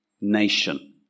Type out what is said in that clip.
nation